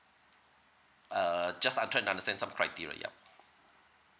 uh just I'm trying to understand some criteria yup